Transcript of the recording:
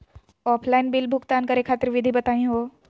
Offline bill भुगतान करे खातिर विधि बताही हो?